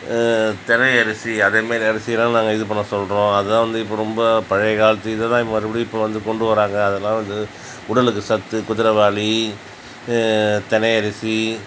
தினை அரிசி அதுமாதிரி அரிசிலாம் நாங்கள் இது பண்ண சொல்கிறோம் அதுதான் வந்து ரொம்ப பழையகாலத்து இதுயெல்லாம் இப்போ மறுபடியும் இப்போ வந்து கொண்டு வராங்க அதெலாம் வந்து உடலுக்கு சத்து குதிரைவாலி தினை அரிசி